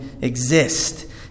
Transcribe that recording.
exist